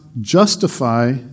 justify